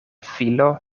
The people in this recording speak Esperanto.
filo